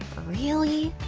really?